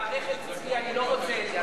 במערכת אצלי אני לא רוצה את זה,